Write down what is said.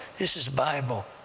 this is bible!